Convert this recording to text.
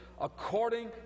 according